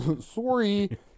Sorry